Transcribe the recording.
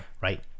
right